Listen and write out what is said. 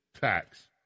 tax